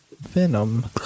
Venom